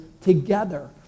together